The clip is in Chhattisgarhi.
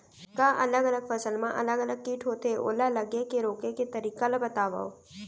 का अलग अलग फसल मा अलग अलग किट होथे, ओला लगे ले रोके के तरीका ला बतावव?